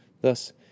Thus